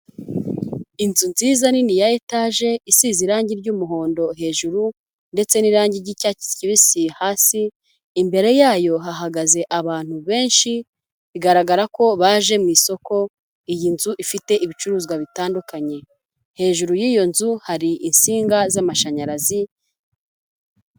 Inzu nziza nini ya etaje isize irangi ry'umuhondo hejuru, ndetse n'irangi ry'icyatsi kibisi, hasi imbere yayo hahagaze abantu benshi bigaragara ko baje mu isoko, iyi nzu ifite ibicuruzwa bitandukanye, hejuru y'iyo nzu hari insinga z'amashanyarazi.